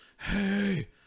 Hey